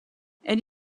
elle